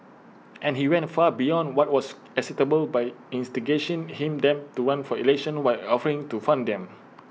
and he went far beyond what was acceptable by instigation him them to run for elections while offering to fund them